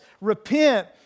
Repent